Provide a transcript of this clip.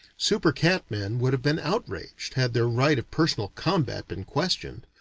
super-cat-men would have been outraged, had their right of personal combat been questioned.